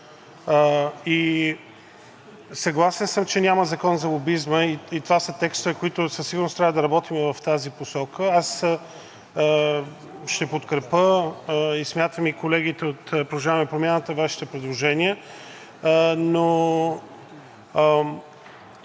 Съгласен съм, че няма закон за лобизма и това са текстове, по които със сигурност трябва да работим. Ще подкрепя, смятам и колегите от „Продължаваме Промяната“, Вашите предложения.